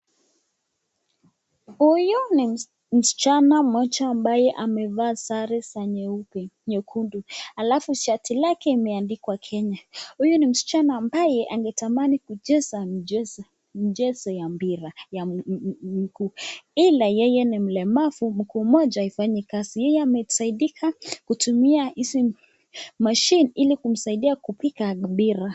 Huyu ni msichana Mmoja ambaye amevaa sare za nyekundu halafu shati lake limeandikwa Kenya, Huyu ni msichana ambaye angetamani kucheza mchezo ya mpira ya mguu ila yeye ni mlemavu mguu Moja haifanyi kazi, yeye amesaidika mguu kutumia hii mashine Ili kusaidia kupiga mpira.